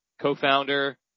co-founder